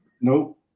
Nope